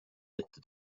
ette